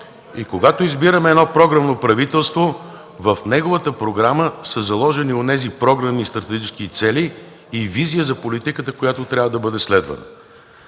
Когато избираме програмно правителство, в неговата програма са заложени онези програмни и стратегически цели, и визия за политиката, която трябва да бъде следвана.